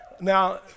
Now